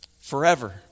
Forever